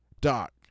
Doc